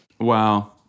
Wow